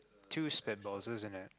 two spitballs isn't it